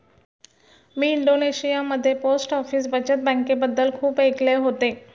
मी इंडोनेशियामध्ये post office बचत बँकेबद्दल खूप ऐकले होते